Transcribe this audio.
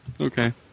Okay